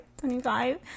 25